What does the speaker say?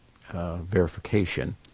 verification